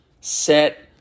set